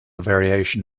variation